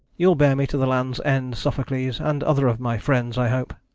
you'll bear me to the lands end, sophocles, and other of my friends i hope.